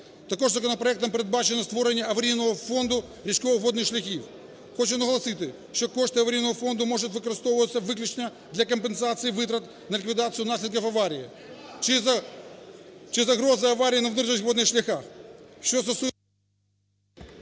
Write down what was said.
Також законопроектом передбачено створення аварійного фонду річкових водних шляхів. Хочу наголосити, що кошти аварійного фонду можуть використовуватися виключно для компенсації витрат на ліквідацію наслідків аварії чи загрози аварії на внутрішніх водних шляхах.